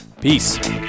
Peace